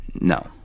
No